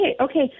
Okay